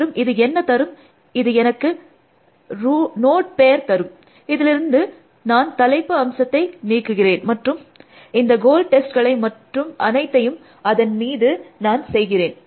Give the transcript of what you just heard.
மற்றும் இது என்ன தரும் இது எனக்கு நோட் பேர் தரும் இதிலிருந்து நான் தலைப்பு அம்சத்தை நீக்குகிறேன் மற்றும் இந்த கோல் டெஸ்ட்களை மற்றும் அனைத்தையும் அதன் மீது நான் செய்கிறேன்